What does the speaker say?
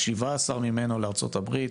כש-17,000,000 ממנו לארצות הברית,